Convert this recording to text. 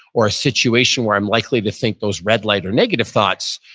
or a situation where i'm likely to think those red light or negative thoughts,